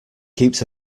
keeps